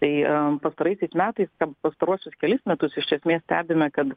tai a pastaraisiais metais per pastaruosius kelis metus iš esmės stebime kad